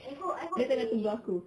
dia tengah tunggu aku